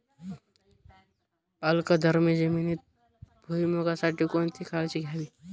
अल्कधर्मी जमिनीत भुईमूगासाठी कोणती काळजी घ्यावी?